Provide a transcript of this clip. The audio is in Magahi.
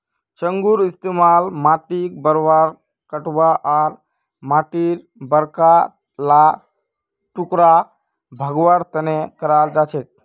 चंघूर इस्तमाल माटीक बराबर करवा आर माटीर बड़का ला टुकड़ा भंगवार तने कराल जाछेक